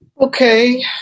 Okay